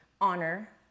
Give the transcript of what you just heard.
honor